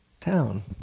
town